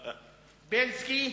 בילסקי,